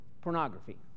Pornography